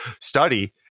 study